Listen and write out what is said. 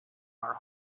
are